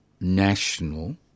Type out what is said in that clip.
national